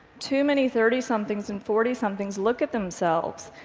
too many thirtysomethings and fortysomethings look at themselves,